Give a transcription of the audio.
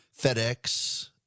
FedEx